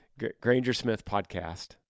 Grangersmithpodcast